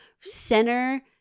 center